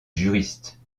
juriste